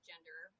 Gender